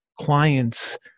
clients